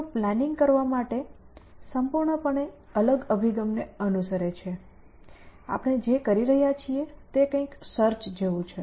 તેઓ પ્લાનિંગ કરવા માટે સંપૂર્ણપણે અલગ અભિગમને અનુસરે છે આપણે જે કરી રહ્યા છીએ તે કંઈક સર્ચ જેવું છે